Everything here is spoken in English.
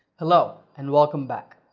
hello, and welcome back.